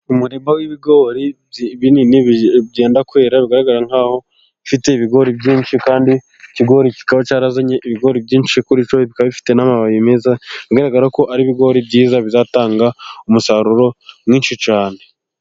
Umurima w'ibigori binini byenda kwera, ugaragara nk'ufite ibigori byinshi kandi ikigori kikaba cyarazanye ibigori byinshi kuri cyo, bikaba bifite n'amababi meza bigaragara ko ari ibigori byiza bizatanga umusaruro mwinshi cyane.